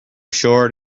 short